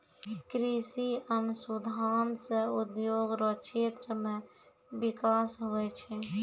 कृषि अनुसंधान से उद्योग रो क्षेत्र मे बिकास हुवै छै